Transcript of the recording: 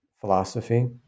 philosophy